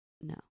No